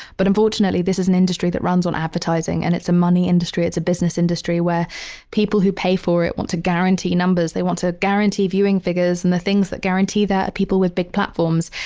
but unfortunately, this is an industry that runs on advertising and it's a money industry. it's a business industry where people who pay for it want to guarantee numbers. they want to guarantee viewing figures and the things that guarantee that are people with big platforms.